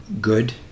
good